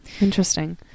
Interesting